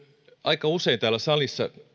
aika usein täällä salissa